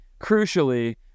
crucially